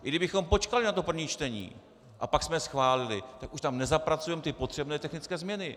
I kdybychom počkali na to první čtení a pak jsme schválili, tak už tam nezapracujeme potřebné technické změny.